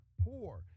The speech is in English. poor